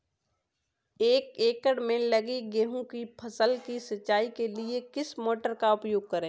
एक एकड़ में लगी गेहूँ की फसल की सिंचाई के लिए किस मोटर का उपयोग करें?